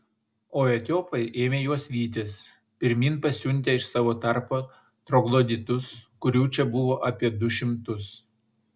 o etiopai ėmė juos vytis pirmyn pasiuntę iš savo tarpo trogloditus kurių čia buvo apie du šimtus